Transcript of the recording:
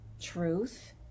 truth